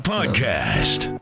Podcast